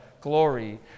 glory